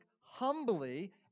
humbly